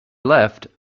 left